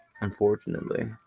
unfortunately